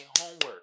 homework